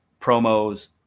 promos